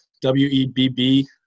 W-E-B-B